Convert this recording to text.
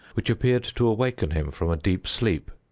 which appeared to awaken him from a deep sleep,